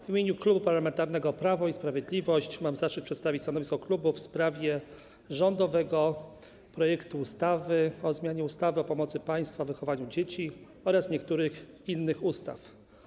W imieniu Klubu Parlamentarnego Prawo i Sprawiedliwość mam zaszczyt przedstawić stanowisko klubu w sprawie rządowego projektu ustawy o zmianie ustawy o pomocy państwa w wychowywaniu dzieci oraz niektórych innych ustaw.